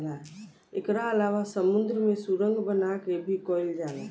एकरा अलावा समुंद्र में सुरंग बना के भी कईल जाला